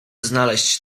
znaleźć